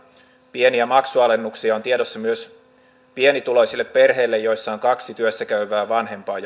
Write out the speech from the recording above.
pieniä maksualennuksia on tiedossa myös pienituloisille perheille joissa on kaksi työssä käyvää vanhempaa